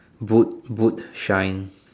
boot boot shine